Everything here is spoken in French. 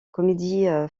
comédie